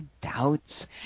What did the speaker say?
doubts